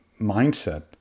mindset